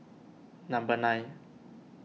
number nine